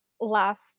last